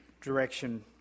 direction